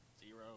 Zero